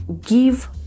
give